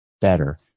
better